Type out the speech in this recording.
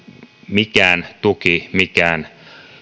mikään tuki mikään